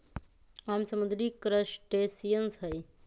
आम समुद्री क्रस्टेशियंस हई